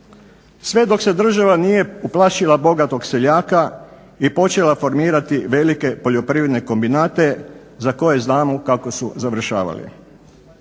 sve dok se država nije uplašila bogatog seljaka i počela formirati velike poljoprivredne kombinate za koje znamo kako su završavali.